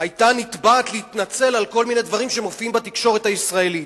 היתה נתבעת להתנצל על כל מיני דברים שמופיעים בתקשורת הישראלית,